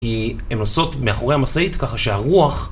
כי הן נוסעות מאחורי המשאית ככה שהרוח...